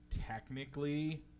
technically